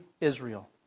israel